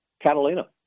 Catalina